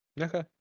Okay